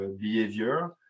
behavior